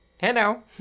Hello